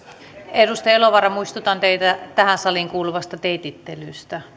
edustaja elovaara muistutan teitä tähän saliin kuuluvasta teitittelystä